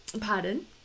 Pardon